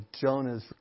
Jonah's